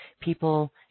people